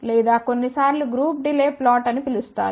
లేదా కొన్నిసార్లు group delay plot అని పిలుస్తారు